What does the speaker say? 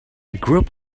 group